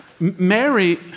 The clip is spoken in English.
Mary